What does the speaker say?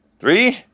three,